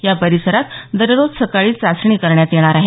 या परिसरात दररोज सकाळी चाचणी करण्यात येणार आहे